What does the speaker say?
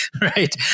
Right